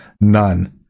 none